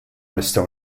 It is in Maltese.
nistgħu